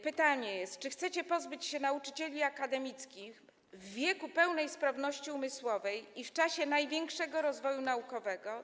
Pytanie jest takie: Czy chcecie pozbyć się nauczycieli akademickich w wieku pełnej sprawności umysłowej i w czasie największego rozwoju naukowego?